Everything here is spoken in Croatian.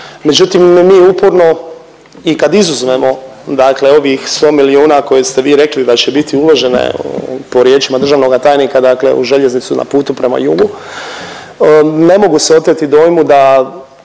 Međutim, mi uporno i kad izuzmemo, dakle sto milijuna koje ste vi rekli da će biti uložene po riječima državnoga tajnika, dakle u željeznicu na putu prema jugu. Ne mogu se oteti dojmu da